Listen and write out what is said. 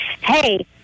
Hey